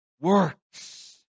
works